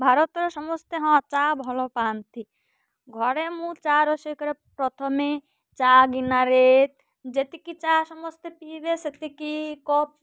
ଭାରତର ସମସ୍ତେ ହଁ ଚା ଭଲ ପାଆନ୍ତି ଘରେ ମୁଁ ଚା ରୋଷେଇ କରେ ପ୍ରଥମେ ଚା ଗିନାରେ ଯେତିକି ଚା ସମସ୍ତେ ପିଇବେ ସେତିକି କପ୍